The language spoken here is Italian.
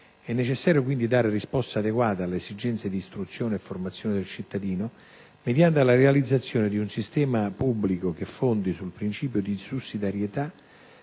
È necessario quindi dare risposte adeguate alle esigenze di istruzione e formazione del cittadino, mediante la realizzazione di un sistema pubblico che fondi sul principio di sussidiarietà